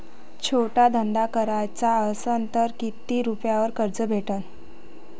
छोटा धंदा कराचा असन तर किती रुप्यावर कर्ज भेटन?